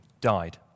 died